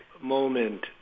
moment